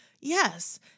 yes